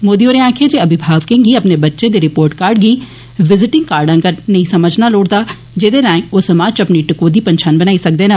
मोदी होरें आक्खेआ जे अविभावकें गी अपने बच्चें दे रिपोर्ट कार्ड गी विजीटिंग कार्ड आंगर नेई समझना लोड़चदा जेदे राएं ओ समाज च अपनी टकोहदी पंछान बनाई सकदे न